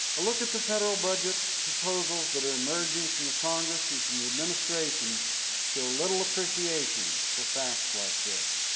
a look at the federal budget proposals that are emerging from the congress and from the administration show little appreciation for facts like this.